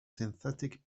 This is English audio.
synthetic